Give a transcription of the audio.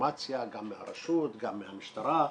אינפורמציה גם מהרשות, גם מהמשטרה,